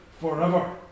forever